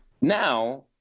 now